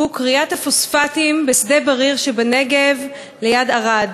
כריית הפוספטים בשדה-בריר שבנגב, ליד ערד.